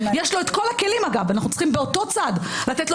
יש לו את כל הכלים אנחנו צריכים באותו צד לתת לו